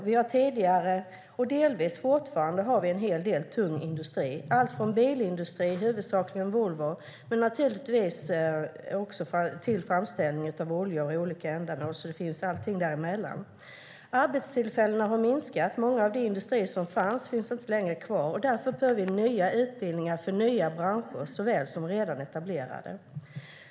Vi har tidigare haft, och har delvis fortfarande, en hel del tung industri, alltifrån bilindustri - huvudsakligen Volvo - till framställning av oljor för olika ändamål och allting däremellan. Arbetstillfällena har minskat. Många av de industrier som fanns finns inte längre kvar, och därför behöver vi nya utbildningar för nya branscher såväl som för redan etablerade.